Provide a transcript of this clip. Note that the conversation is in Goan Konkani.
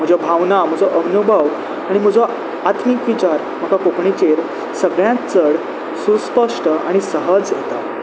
म्हजो भावना म्हजो अनुभव आनी म्हजो आत्मीक विचार म्हाका कोंकणीचेर सगळ्यांत चड सुस्पश्ट आनी सहज येता